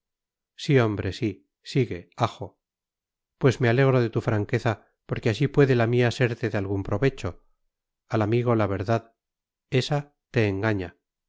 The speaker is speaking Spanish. sí hombre sí sigue ajo pues me alegro de tu franqueza porque así puede la mía serte de algún provecho al amigo la verdad esa te engaña